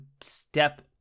step